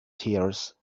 tears